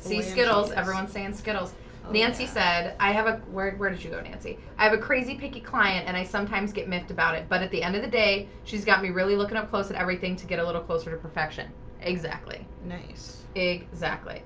sea skittles everyone saying skittles nancy said i have a word. where did you go nancy? i have a crazy picky client and i sometimes get miffed about it but at the end of the day, she's got me really looking up close and everything to get a little closer to perfection exactly. nice big exactly